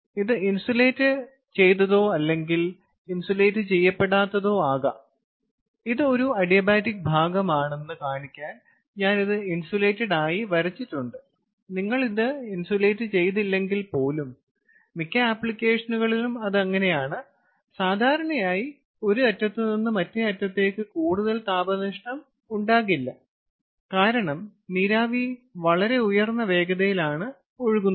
ഇത് ഇൻസുലേറ്റ് ചെയ്തതോ അല്ലെങ്കിൽ ഇൻസുലേറ്റ് ചെയ്യപ്പെടാത്തതോ ആകാം ഇത് ഒരു അഡിബാറ്റിക് ഭാഗമാണെന്ന് കാണിക്കാൻ ഞാൻ ഇത് ഇൻസുലേറ്റഡ് ആയി വരച്ചിട്ടുണ്ട് നിങ്ങൾ ഇത് ഇൻസുലേറ്റ് ചെയ്തില്ലെങ്കിൽ പോലും മിക്ക ആപ്ലിക്കേഷനുകളിലും അത് അങ്ങനെയാണ് സാധാരണയായി ഒരു അറ്റത്ത് നിന്ന് മറ്റേ അറ്റത്തേക്ക് കൂടുതൽ താപനഷ്ടം ഉണ്ടാകില്ല കാരണം നീരാവി വളരെ ഉയർന്ന വേഗതയിൽ ആണ് ഒഴുകുന്നത്